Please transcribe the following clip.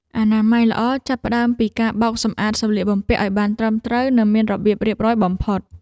អនាម័យល្អចាប់ផ្តើមពីការបោកសម្អាតសម្លៀកបំពាក់ឱ្យបានត្រឹមត្រូវ និងមានរបៀបរៀបរយបំផុត។